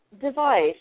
device